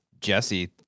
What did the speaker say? Jesse